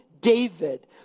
David